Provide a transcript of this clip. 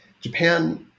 Japan